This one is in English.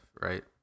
right